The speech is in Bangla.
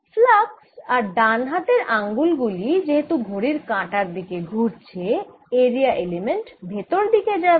ফ্লাক্স আর ডান হাতের আঙ্গুল গুলি যেহেতু ঘড়ির কাঁটার দিকে ঘুরছে এরিয়া এলিমেন্ট ভেতর দিকে যাবে